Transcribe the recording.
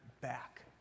back